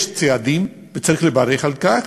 יש צעדים, וצריך לברך על כך.